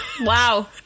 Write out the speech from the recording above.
wow